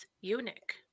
eunuch